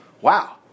Wow